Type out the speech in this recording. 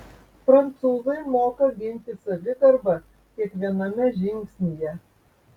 prancūzai moka ginti savigarbą kiekviename žingsnyje